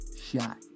shot